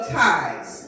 ties